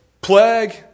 plague